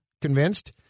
convinced